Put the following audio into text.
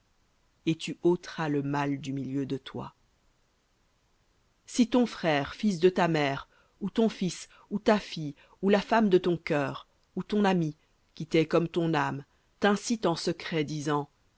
et tu ôteras le mal du milieu de toi v si ton frère fils de ta mère ou ton fils ou ta fille ou la femme de ton cœur ou ton ami qui t'est comme ton âme t'incite en secret disant